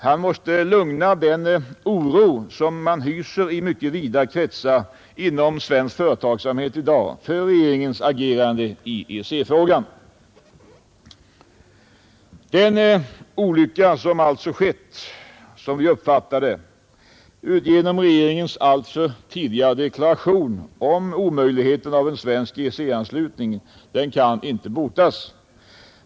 Han måste lugna den oro man hyser i vida kretsar inom svensk företagsamhet i dag för regeringens agerande i EEC-frågan. Den olycka som enligt vår uppfattning skett genom regeringens alltför tidiga deklaration om omöjligheten av en svensk EEC-anslutning kan inte botas.